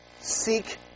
seek